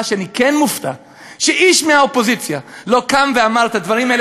מה שאני כן מופתע הוא שאיש מהאופוזיציה לא קם ואמר את הדברים האלה,